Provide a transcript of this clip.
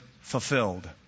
fulfilled